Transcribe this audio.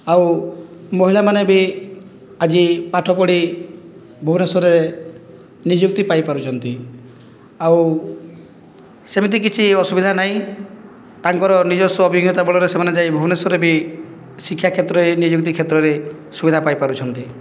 ଆଉ ମହିଳାମାନେ ବି ଆଜି ପାଠ ପଢ଼ି ଭୁବନେଶ୍ୱରରେ ନିଯୁକ୍ତି ପାଇ ପାରୁଛନ୍ତି ଆଉ ସେମିତି କିଛି ଅସୁବିଧା ନାହିଁ ତାଙ୍କର ନିଜସ୍ୱ ଅଭିଜ୍ଞତା ବଳରେ ସେମାନେ ଯାଇ ଭୁବନେଶ୍ୱରରେ ବି ଶିକ୍ଷା କ୍ଷେତ୍ରରେ ନିଯୁକ୍ତି କ୍ଷେତ୍ରରେ ସୁବିଧା ପାଇ ପାରୁଛନ୍ତି